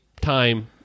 time